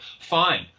fine